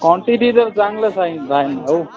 quantity तर चांगलच आहे ना भाऊ